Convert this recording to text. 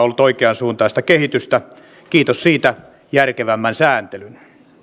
ollut oikeansuuntaista kehitystä kiitos siitä järkevämmän sääntelyn